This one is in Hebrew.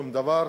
שום דבר.